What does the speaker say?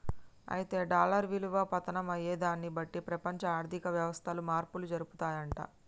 అయితే డాలర్ విలువ పతనం అయ్యేదాన్ని బట్టి ప్రపంచ ఆర్థిక వ్యవస్థలు మార్పులు జరుపుతాయంట